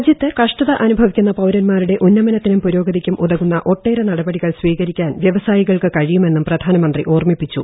രാജ്യത്ത് കഷ്ടത അനുഭവിക്കുന്ന പൌരൻമാരുടെ ഉന്നമനത്തിനും പുരോഗതിയ്ക്കും ഉതകുന്ന ഒട്ടേറെ നടപടികൾ സ്വീകരിക്കാൻ വ്യവസായികൾക്ക് കഴിയുമെന്നും പ്രധാനമന്ത്രി ഓർമ്മിപ്പിച്ചു